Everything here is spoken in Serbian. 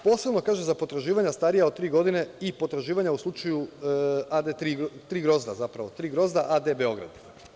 Posebno, kažem, za potraživanja starija od tri godine i potraživanja u slučaju „Tri grozda“ AD Beograd.